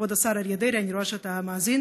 יש שבעה יישובים ובנווה מדבר יש ארבעה יישובים.